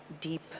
deep